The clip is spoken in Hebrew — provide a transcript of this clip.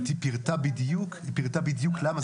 היא גם פירטה בדיוק למה.